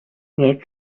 that